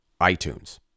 iTunes